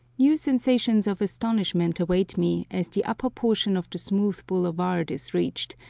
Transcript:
new sensations of astonishment await me as the upper portion of the smooth boulevard is reached,